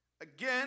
Again